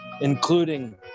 including